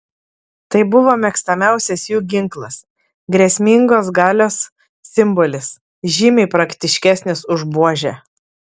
tai buvo mėgstamiausias jų ginklas grėsmingas galios simbolis žymiai praktiškesnis už buožę